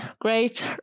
great